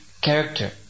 character